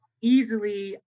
easily